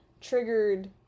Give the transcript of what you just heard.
triggered